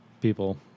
people